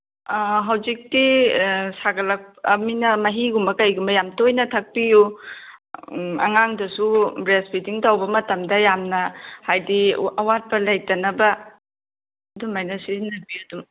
ꯍꯧꯖꯤꯛꯇꯤ ꯁꯥꯒꯠꯂꯛꯑꯃꯤꯅ ꯃꯍꯤꯒꯨꯝꯕ ꯀꯩꯒꯨꯝꯕ ꯌꯥꯝ ꯇꯣꯏꯅ ꯊꯛꯄꯤꯌꯨ ꯑꯉꯥꯡꯗꯨꯁꯨ ꯕ꯭ꯔꯦꯁꯐꯤꯗꯤꯡ ꯇꯧꯕ ꯃꯇꯝꯗ ꯌꯥꯝꯅ ꯍꯥꯏꯕꯗꯤ ꯑꯋꯥꯠꯄ ꯂꯩꯇꯅꯕ ꯑꯗꯨꯃꯥꯏꯅ ꯁꯤꯖꯤꯟꯅꯕꯤꯌꯨ ꯑꯗꯨ